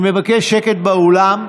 אני מבקש שקט באולם.